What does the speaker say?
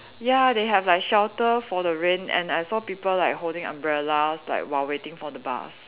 ya they have like shelter for the rain and I saw people like holding umbrellas like while waiting for the bus